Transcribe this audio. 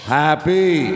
happy